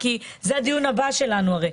זה הרי הדיון הבא שלנו.